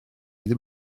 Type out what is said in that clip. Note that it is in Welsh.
ddim